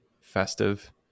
festive